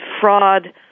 fraud